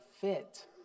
fit